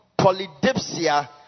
polydipsia